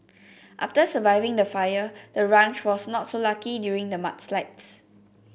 after surviving the fire the ranch was not so lucky during the mudslides